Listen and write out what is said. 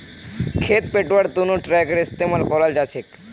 खेत पैटव्वार तनों ट्रेक्टरेर इस्तेमाल कराल जाछेक